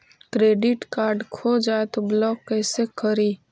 Credit card खो जाए तो ब्लॉक कैसे करी?